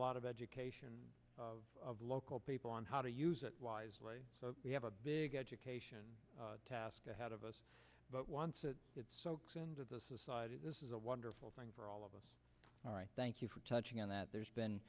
lot of education of local people on how to use it wisely we have a big education task ahead of us but once it gets soaks into the society this is a wonderful thing for all of us all right thank you for touching on that there's been